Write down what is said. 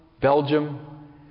Belgium